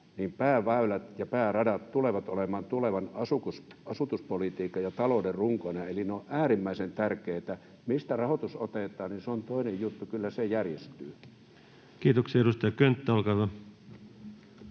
niin pääväylät ja pääradat tulevat olemaan tulevan asutuspolitiikan ja talouden runkoina, eli ne ovat äärimmäisen tärkeitä. Mistä rahoitus otetaan, niin se on toinen juttu — kyllä se järjestyy. Kiitoksia. — Edustaja Könttä, olkaa hyvä.